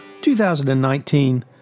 2019